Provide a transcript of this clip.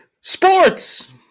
Sports